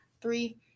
three